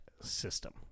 system